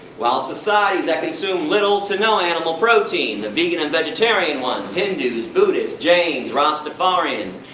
while societies that consume little to no animal protein, the vegan and vegetarian ones, hindus, buddhists, jains, rastafarians,